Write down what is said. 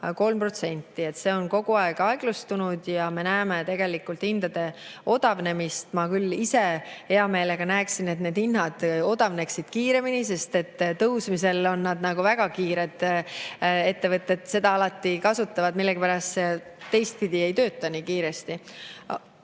15,3%. See on kogu aeg aeglustunud ja me näeme tegelikult hindade odavnemist. Ma küll ise hea meelega näeksin, et hinnad odavneksid kiiremini, sest tõusevad nad väga kiirelt. Ettevõtted seda [hindade tõstmist] alati kasutavad, millegipärast see teistpidi ei tööta nii kiiresti.